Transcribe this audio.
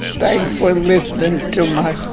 thanks for listening to um ah